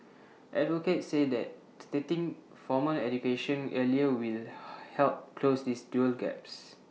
advocates say that starting formal education earlier will help close these dual gaps